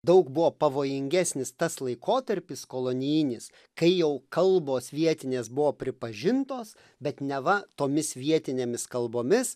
daug buvo pavojingesnis tas laikotarpis kolonijinis kai jau kalbos vietinės buvo pripažintos bet neva tomis vietinėmis kalbomis